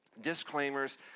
disclaimers